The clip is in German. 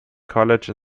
college